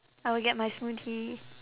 I will get my smoothie